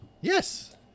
Yes